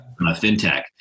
fintech